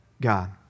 God